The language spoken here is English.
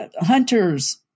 hunters